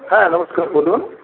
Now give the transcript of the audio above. হ্যাঁ নমস্কার বলুন